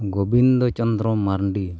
Gobindo Chandra Mandi